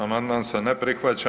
Amandman se ne prihvaća.